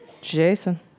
Jason